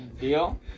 Deal